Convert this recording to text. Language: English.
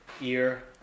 ear